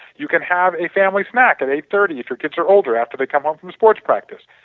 you can have a family snack at eight thirty if your kids are older after they come home from sports practice.